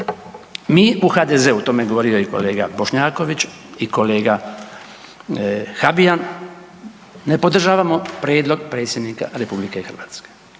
Mi u HDZ-u, o tome je govorio i kolega Bošnjaković i kolega Habijan, ne podržavamo prijedlog Predsjednika RH.